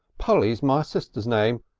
polly's my sister's name.